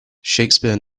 shakespeare